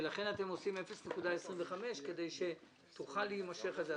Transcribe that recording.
שלכן אתם עושים 0.25%, כדי שתוכל להימשך חקירה.